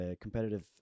competitive